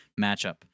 matchup